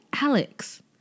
Alex